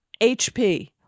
HP